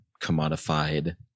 commodified